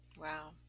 wow